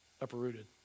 uprooted